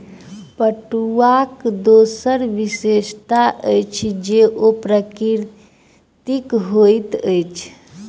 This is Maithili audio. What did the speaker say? पटुआक दोसर विशेषता अछि जे ओ प्राकृतिक होइत अछि